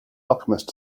alchemist